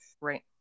right